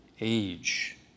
age